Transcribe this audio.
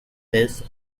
this